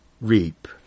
reap